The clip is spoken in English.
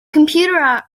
computer